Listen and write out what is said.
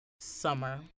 summer